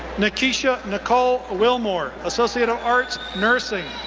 nakisha nicole wilmore, associate of arts, nursing.